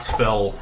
fell